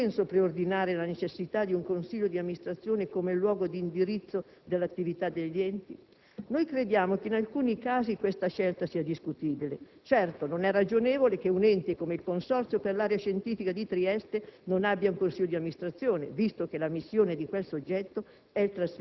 Ha senso preordinare la necessità di un consiglio di amministrazione come luogo di indirizzo dell'attività degli enti? Noi crediamo che, in alcuni casi, questa scelta sia discutibile. Certo, non è ragionevole che un ente come il Consorzio per l'area di ricerca scientifica e tecnologica di Trieste non abbia un consiglio di amministrazione, visto che la missione di quel soggetto